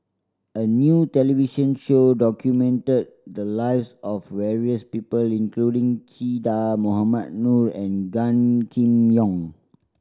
a new television show documented the lives of various people including Che Dah Mohamed Noor and Gan Kim Yong